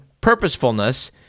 purposefulness